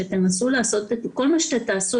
שכל מה שתעשו,